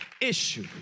issue